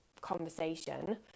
conversation